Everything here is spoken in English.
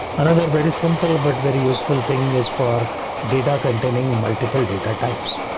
another very simple but very useful thing is for data containing multiple data types,